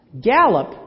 Gallup